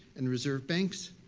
and reserve banks,